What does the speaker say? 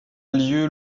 lieu